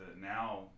now